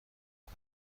است